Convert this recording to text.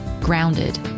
grounded